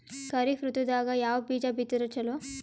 ಖರೀಫ್ ಋತದಾಗ ಯಾವ ಬೀಜ ಬಿತ್ತದರ ಚಲೋ?